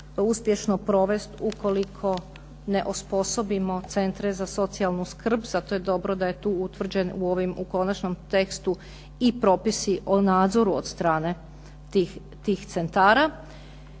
uspješno provesti ukoliko ne osposobimo centre za socijalnu skrb, zato je dobro da je tu utvrđen u ovim, u konačnom tekstu i propisi o nadzoru od strane tih centara